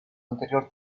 anterior